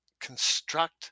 construct